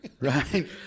Right